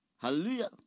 Hallelujah